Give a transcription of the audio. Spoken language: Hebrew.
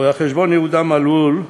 רואה-חשבון יהודה מלול,